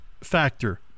factor